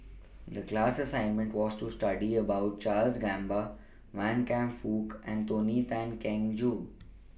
The class assignment was to study about Charles Gamba Wan Kam Fook and Tony Tan Keng Joo